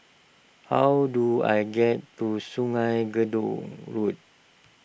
how do I get to Sungei Gedong Road